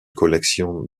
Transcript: collection